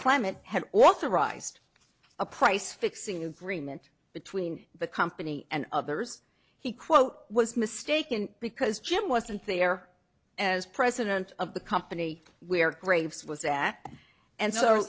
clement had authorized a price fixing agreement between the company and others he quote was mistaken because jim wasn't there as president of the company where graves was at and so